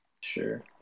Sure